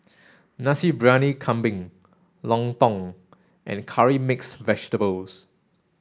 Nasi Briyani Kambing Lontong and curry mix vegetables